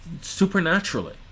supernaturally